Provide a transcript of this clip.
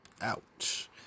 ouch